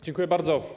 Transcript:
Dziękuję bardzo.